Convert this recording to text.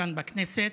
כאן בכנסת.